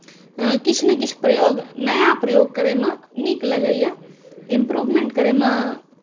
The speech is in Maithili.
किछु ने किछु प्रयोग नया प्रयोग करैमे नीक लगैए इम्प्रूवमेन्ट करैमे